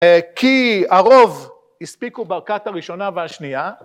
כי הרוב הספיקו ברכת הראשונה והשנייה.